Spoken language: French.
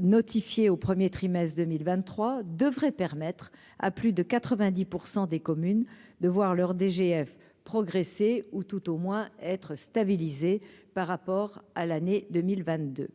notifié au 1er trimestre 2023 devrait permettre à plus de 90 pour 100 des communes de voir leur DGF progressé ou tout au moins être stabilisée par rapport à l'année 2022